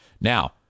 Now